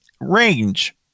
Range